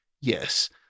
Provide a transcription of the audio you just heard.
Yes